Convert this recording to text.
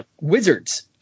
Wizards